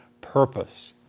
purpose